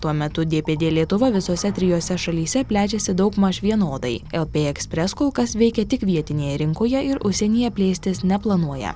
tuo metu dpd lietuva visose trijose šalyse plečiasi daugmaž vienodai lp ekpres kol kas veikia tik vietinėje rinkoje ir užsienyje plėstis neplanuoja